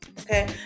Okay